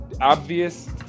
obvious